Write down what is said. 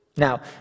Now